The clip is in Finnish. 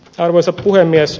arvoisa puhemies